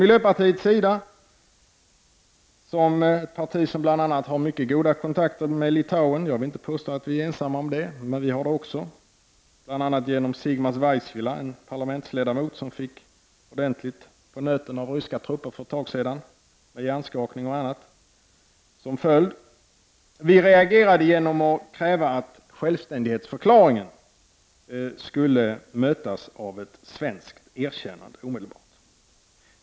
Miljöpartiet de gröna, ett parti som har mycket goda kontakter med Litauen — jag vill inte påstå att vi är ensamma om det, men vi har det också, bl.a. genom Zigmas Vaisvila, en parlamentsledamot som fick ordentligt på nöten av ryska trupper för en tid sedan vilket ledde till bl.a. hjärnskakning — reagerade genom att kräva att självständighetsförklaringen skulle mötas av ett omedelbart svenskt erkännande.